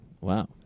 Wow